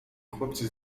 chłopcy